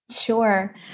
Sure